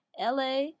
LA